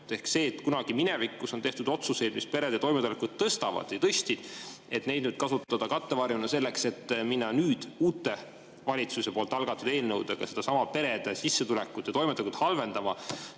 Ehk see, et kunagi minevikus on tehtud otsuseid, mis perede toimetulekut tõstavad või tõstsid, et neid nüüd kasutada kattevarjuna selleks, et minna uute valitsuse poolt algatatud eelnõudega sedasama perede sissetulekut ja toimetulekut halvendama